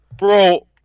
Bro